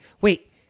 Wait